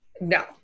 No